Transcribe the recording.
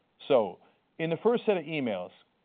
so in the first set of emails,